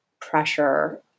pressure